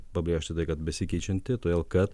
pabrėžti tai kad besikeičianti todėl kad